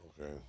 Okay